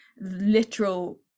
literal